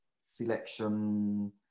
selection